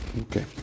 okay